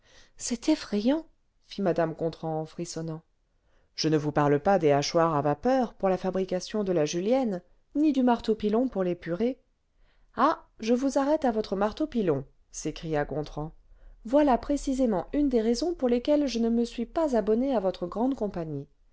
c'est effrayant fit mme gontran en frissonnant je ne vous parle pas des hachoirs a vapeur pour la fabrication dela julienne ni du marteau pilon pour les purées ah je vous arrête à votre marteau pilon s'écria gontran voilà précisément une des raisons pour lesquelles je ne me suis pas abonné àvotre grande compagnie